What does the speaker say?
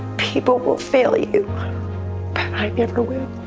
people will fail you, but i never will.